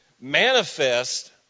manifest